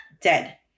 dead